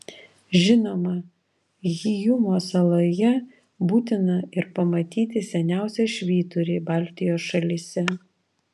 žinoma hyjumos saloje būtina ir pamatyti seniausią švyturį baltijos šalyse